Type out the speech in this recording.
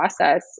process